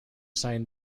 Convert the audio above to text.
sign